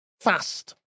Fast